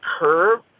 curve